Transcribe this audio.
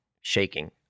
shaking